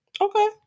Okay